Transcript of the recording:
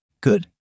Good